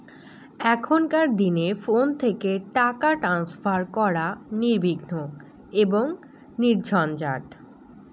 এখনকার দিনে ফোন থেকে টাকা ট্রান্সফার করা নির্বিঘ্ন এবং নির্ঝঞ্ঝাট